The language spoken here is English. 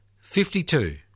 fifty-two